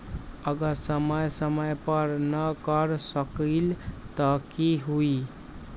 अगर समय समय पर न कर सकील त कि हुई?